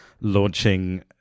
launching